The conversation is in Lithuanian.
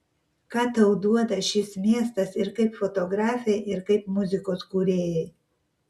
ką tau duoda šis miestas ir kaip fotografei ir kaip muzikos kūrėjai